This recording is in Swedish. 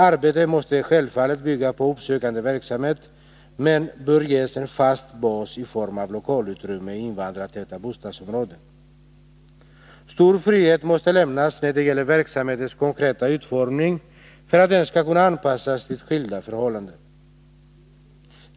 Arbetet måste självfallet bygga på uppsökande verksamhet, men bör ges en fast bas i form av lokalutrymmen i invandrartäta bostadsområden. Stor frihet måste lämnas när det gäller verksamhetens konkreta utformning för att verksamheten skall kunna anpassas till skilda förhållanden.